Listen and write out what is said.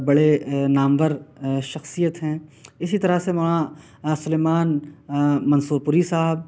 بڑے نامور شخصیت ہیں اِسی طرح سے مولانا سلیمان منصور پوری صاحب